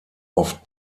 oft